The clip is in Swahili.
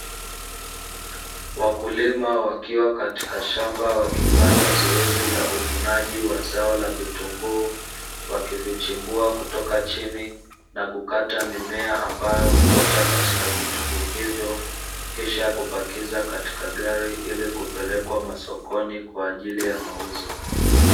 Wakulima wakiwa katika shamba wakifanya zoezi la uvunaji wa zao la vitunguu, wakivichimbua kutoka chini na kukata mimea ambayo huota katika vitunguu hivyo, kisha kupakiza katika gari ili kupelekwa masokoni kwa ajili ya mauzo.